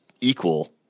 equal